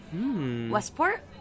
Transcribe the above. Westport